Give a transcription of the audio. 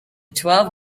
twelve